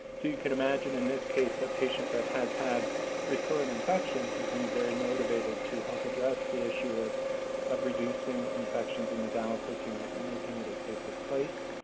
so you could imagine, in this case, a patient that has had recurrent infections would be very motivated to help address the issue of of reducing infections in the dialysis unit, and making it a safer place.